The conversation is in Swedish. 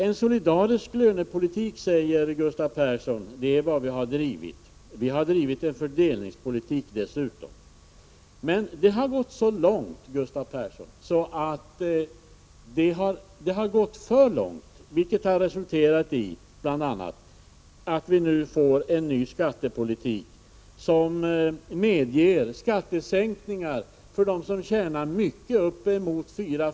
En solidarisk lönepolitik, säger Gustav Persson, det är vad vi har drivit. Vi har dessutom drivit en fördelningspolitik. Men, Gustav Persson, det har gått för långt, vilket bl.a. har resulterat i att vi nu får en ny skattepolitik som medger skattesänkningar på 4 000 till 6 000 kr.